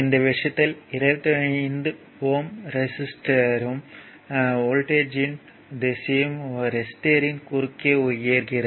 இந்த விஷயத்தில் 25 ஓம் ரெசிஸ்டர்யும் வோல்ட்டேஜ்யின் திசையும் ரெசிஸ்டர்யின் குறுக்கே உயர்கிறது